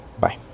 Bye